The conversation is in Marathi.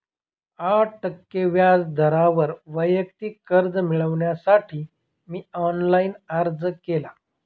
आठ टक्के व्याज दरावर वैयक्तिक कर्ज मिळविण्यासाठी मी ऑनलाइन अर्ज केला